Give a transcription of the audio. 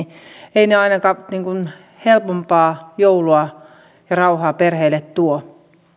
eivät ainakaan helpompaa joulua ja rauhaa perheille tuo